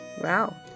wow